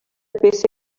peça